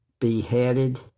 beheaded